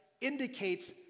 indicates